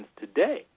today